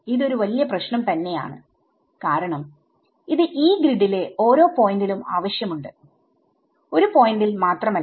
ഇത് ഒരു വലിയ പ്രശ്നം തന്നെയാണ് കാരണം ഇത് Yee ഗ്രിഡിലെഓരോ പോയിന്റിലും ആവശ്യമുണ്ട് ഒരു പോയിന്റിൽ മാത്രമല്ല